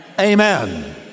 Amen